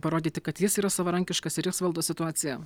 parodyti kad jis yra savarankiškas ir jis valdo situaciją